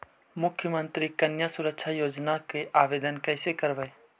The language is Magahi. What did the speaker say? मुख्यमंत्री कन्या सुरक्षा योजना के आवेदन कैसे करबइ?